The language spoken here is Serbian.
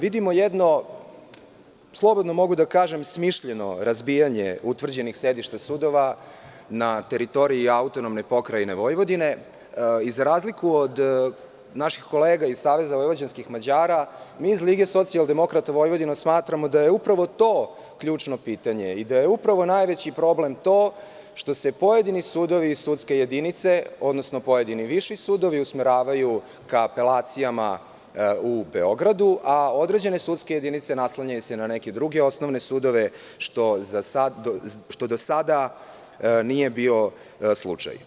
Vidimo jedno slobodno mogu da kažem - smišljeno razbijanje utvrđenih sedišta sudova na teritoriji AP Vojvodine iz razliku od naših kolega iz SMV, mi iz Lige socijaldemokrata, Vojvodinu smatramo da je upravo to ključno pitanje i da je upravo najveći problem to što se pojedini sudovi i sudske jedinice, odnosno pojedini viši sudovi usmeravaju ka apelacijama u Beogradu, a određene sudske jedinice naslanjaju se na neke druge osnovne sudove što do sada nije bio slučaj.